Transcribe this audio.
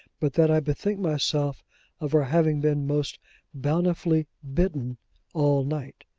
but that i bethink myself of our having been most bountifully bitten all night.